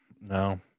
No